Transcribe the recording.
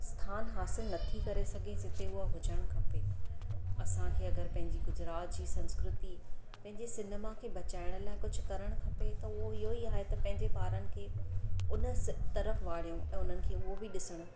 स्थान हासिलु नथी करे सघे जिते उहो हुजणु खपे असांखे अगरि पंहिंजी गुजरात जी संस्कृती पंहिंजे सिनेमा खे बचाइण लाइ कुझु करणु खपे त उहो इयो ई आहे त पंहिंजे ॿारनि खे हुन स तरफ़ वाणियूं ऐं उन्हनि खे उहो बि ॾिसणु